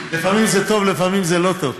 לפעמים זה טוב, לפעמים זה לא טוב.